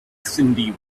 cyndi